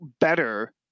better